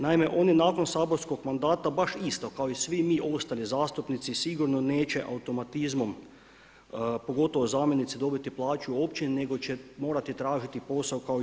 Naime, oni nakon saborskog mandata baš isto kao i svi mi ostali zastupnici sigurno neće automatizmom, pogotovo zamjenici dobiti plaću u općini nego će morati tražiti posao kao i mi.